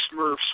Smurfs